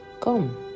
Come